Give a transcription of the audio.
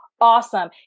Awesome